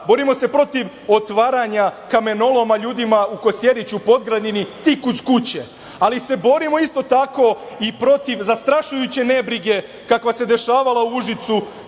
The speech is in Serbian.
Borimo se protiv otvaranja kamenoloma ljudima u Kosjeriću, Podgranini, tik uz kuće, ali se borimo isto tako i protiv zastrašujuće nebrige kakva se dešavala u Užicu